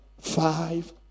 five